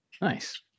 Nice